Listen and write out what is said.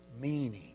meaning